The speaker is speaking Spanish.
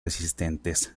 resistentes